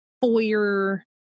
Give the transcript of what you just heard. foyer